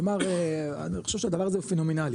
כלומר אני חושב שהדבר הזה הוא פנומנלי,